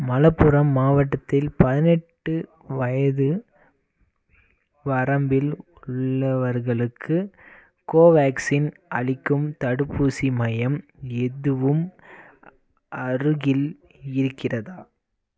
மலப்புரம் மாவட்டத்தில் பதினெட்டு வயது வரம்பில் உள்ளவர்களுக்கு கோவேக்சின் அளிக்கும் தடுப்பூசி மையம் எதுவும் அருகில் இருக்கிறதா